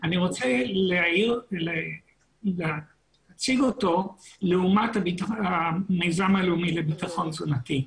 אני רוצה להאיר ולהציג אותו לעומת המיזם הלאומי לביטחון תזונתי.